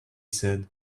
said